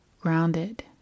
grounded